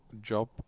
job